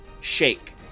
shake